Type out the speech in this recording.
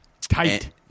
Tight